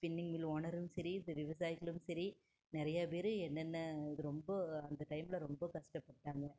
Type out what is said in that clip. spinning mill ஓனரும் சரி இந்த விவசாயிகளும் சரி நிறையா பேர் என்னென்ன ரொம்ப அந்த டைமில் ரொம்ப கஷ்டப்பட்டாங்க